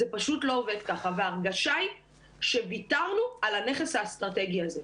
זה פשוט לא עובד ככה וההרגשה היא שוויתרנו על הנכס האסטרטגי הזה,